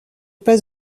pas